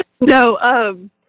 No